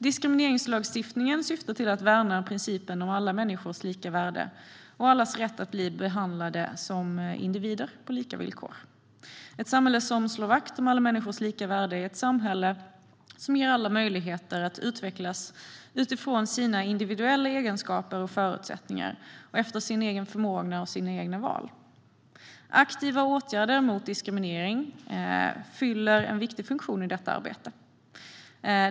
Diskrimineringslagstiftningen syftar till att värna principen om alla människors lika värde och allas rätt att bli behandlade som individer på lika villkor. Ett samhälle som slår vakt om alla människors lika värde är ett samhälle som ger alla möjligheter att utvecklas utifrån sina individuella egenskaper och förutsättningar och efter sin egen förmåga och sina egna val. Aktiva åtgärder mot diskriminering fyller en viktig funktion i detta arbete.